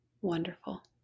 Wonderful